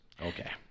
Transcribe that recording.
Okay